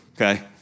Okay